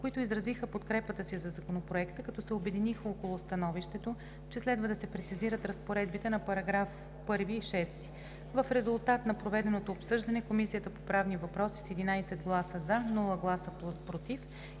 които изразиха подкрепата си за Законопроекта, като се обединиха около становището, че следва да се прецизират разпоредбите на параграф 1 и 6. В резултат на проведеното обсъждане Комисията по правни въпроси с 11 гласа „за“, без „против“